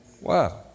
Wow